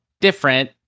different